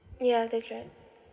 ya that's right